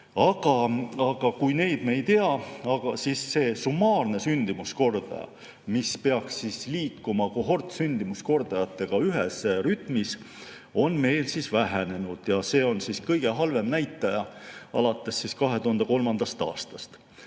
Aga kuigi me seda ei tea, siis summaarne sündimuskordaja, mis peaks liikuma kohortsündimuskordajaga ühes rütmis, on meil vähenenud ja see on kõige halvem näitaja alates 2003. aastast.